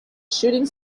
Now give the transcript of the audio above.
shooting